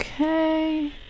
Okay